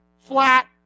flat